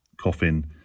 coffin